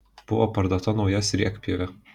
buvo parduota nauja sriegpjovė